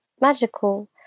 magical